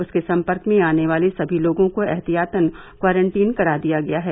उसके संपर्क में आने वाले सभी लोगों को एहतियातन क्वारंटीन कर दिया गया है